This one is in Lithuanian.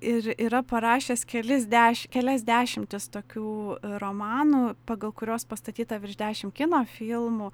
ir yra parašęs kelis deš kelias dešimtis tokių romanų pagal kuriuos pastatyta virš dešim kino filmų